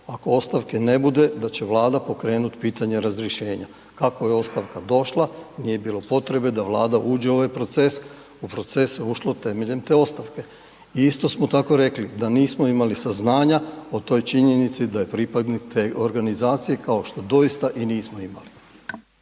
ako ostavke ne bude da će Vlada pokrenut pitanje razrješenja, kako je ostavka došla, nije bilo potrebe da Vlada uđe u ovaj proces, u proces se ušlo temeljem te ostavke. I isto smo tako rekli da nismo imali saznanja o toj činjenici da je pripadnik te organizacije, kao što doista i nismo imali.